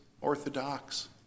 Orthodox